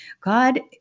God